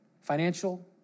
financial